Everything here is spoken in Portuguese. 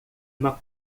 uma